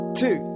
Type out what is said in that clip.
two